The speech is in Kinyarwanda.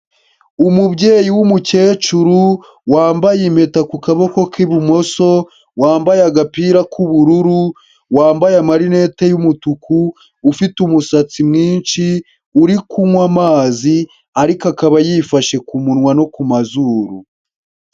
Umubyeyi w'umukecuru, wambaye impeta ku kaboko k'ibumoso, wambaye agapira k'ubururu, wambaye amarinete y'umutuku, ufite umusatsi mwinshi, uri kunywa amazi, ariko akaba yifashe ku munwa no ku mazuru.